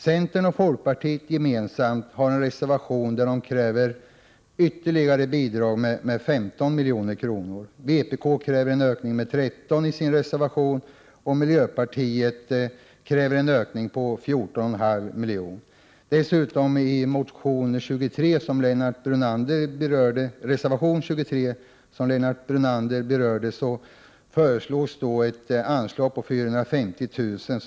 Centern och folkpartiet har en gemensam reservation, där de kräver ytterligare bidrag med 15 milj.kr. Vpk kräver en ökning med 13 milj.kr. i sin reservation, och miljöpartiet kräver en ökning med 14,5 milj.kr. I reservation 23, som Lennart Brunander berörde, föreslås dessutom 450 000 kr.